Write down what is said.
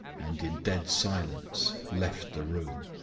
and in dead silence left the room.